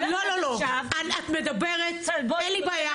את מדברת, אין לי בעיה.